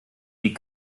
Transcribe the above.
die